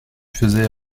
faisais